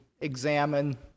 examine